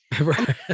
Right